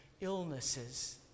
illnesses